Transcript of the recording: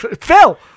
Phil